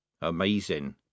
Amazing